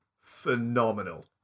phenomenal